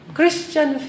Christian